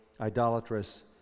idolatrous